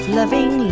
loving